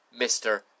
Mr